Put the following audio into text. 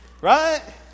Right